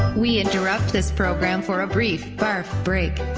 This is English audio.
we interrupt this program for a brief barf break.